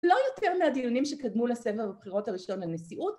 לא יותר מהדיונים שקדמו לסבב הבחירות הראשון לנשיאות